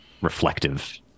reflective